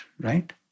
Right